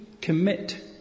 commit